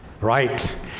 Right